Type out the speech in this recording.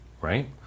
right